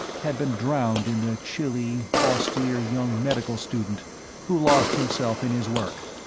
had been drowned in the chilly, austere young medical student who lost himself in his work.